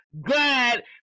glad